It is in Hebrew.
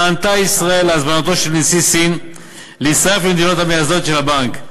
נענתה ישראל להזמנתו של נשיא סין להצטרף למדינות המייסדות של הבנק.